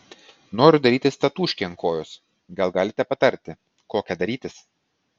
noriu darytis tatūškę ant kojos gal galite patarti kokią darytis